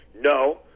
No